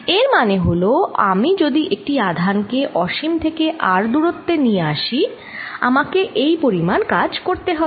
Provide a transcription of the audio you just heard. এর মানে হল আমি যদি একটি আধান কে অসীম থেকে r দূরত্বে নিয়ে আসি আমাকে এই পরিমাণ কাজ করতে হবে